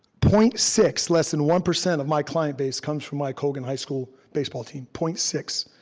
point six, less than one percent of my client base comes from my colgan high school baseball team, point six.